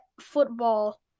football